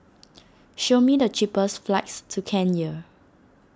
show me the cheapest flights to Kenya